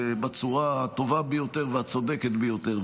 בצורה הטובה ביותר והצודקת ביותר.